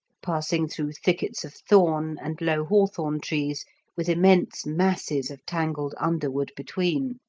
passing through thickets of thorn and low hawthorn-trees with immense masses of tangled underwood between,